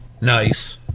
Nice